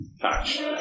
patch